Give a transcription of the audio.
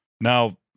now